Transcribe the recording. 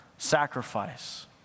Sacrifice